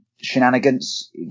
shenanigans